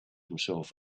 himself